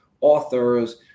authors